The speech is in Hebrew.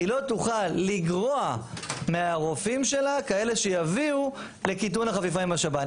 היא לא תוכל לגרוע מהרופאים שלה כאלה שיביאו לקיטון החפיפה עם השב"ן.